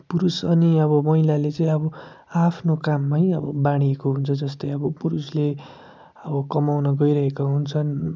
पुरुष अनि आबो महिलाले चाहिँ अब आआफ्नो काममै अब बाँडिएको हुन्छ जस्तै अब पुरुषले अब कमाउन गइरहेको हुन्छन्